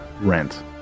rent